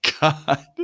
god